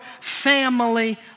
family